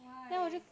why